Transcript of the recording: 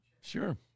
Sure